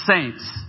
saints